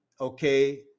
okay